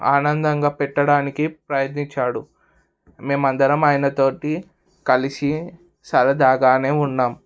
ఆనందంగా పెట్టడానికి ప్రయత్నించాడు మేమందరం ఆయనతో కలిసి సరదాగానే ఉన్నాం